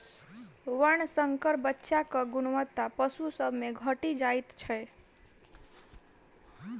वर्णशंकर बच्चाक गुणवत्ता पशु सभ मे घटि जाइत छै